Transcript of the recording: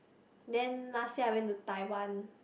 then last year I went to Taiwan